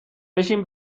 بشین